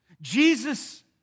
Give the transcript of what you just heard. Jesus